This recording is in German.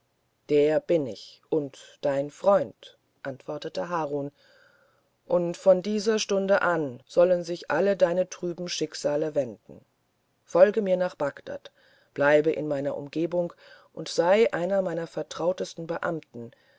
der bin ich und dein freund antwortete harun und von dieser stunde an sollen sich alle deine trüben schicksale wenden folge mir nach bagdad bleibe in meiner umgebung und sei einer meiner vertrautesten beamten